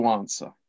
answer